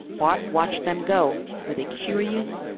bart watched them go, with a curious,